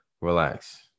relax